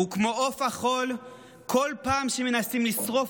וכמו עוף החול כל פעם שמנסים לשרוף